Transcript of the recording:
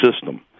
system